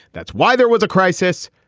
that's why there was a crisis.